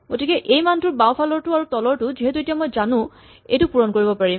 গতিকে এই মানটোৰ বাওঁফালৰটো আৰু তলৰটো যিহেতু এতিয়া জানো মই এইটো পুৰ কৰিব পাৰিম